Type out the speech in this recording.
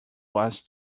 was